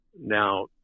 now-